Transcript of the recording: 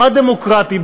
מה דמוקרטי?